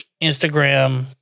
Instagram